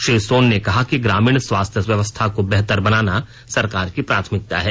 श्री सोन ने कहा कि ग्रामीण स्वास्थ्य व्यवस्था को बेहतर बनाना सरकार की प्राथमिकता है